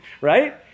right